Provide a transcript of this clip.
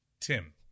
Tim